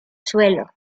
suelo